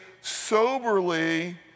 soberly